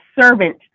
servant